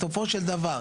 בסופו של דבר,